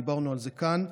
דיברנו על זה כאן,